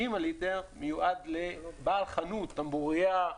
60 ליטר מיועד לבעל חנות, טמבורייה.